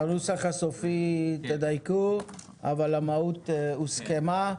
בנוסח הסופי תדייקו, אבל המהות הוסכמה.